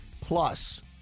Plus